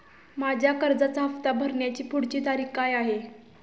माझ्या कर्जाचा हफ्ता भरण्याची पुढची तारीख काय आहे?